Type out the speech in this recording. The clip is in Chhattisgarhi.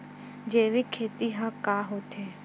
जैविक खेती ह का होथे?